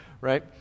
right